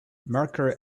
mercury